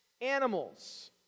animals